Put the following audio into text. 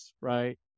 Right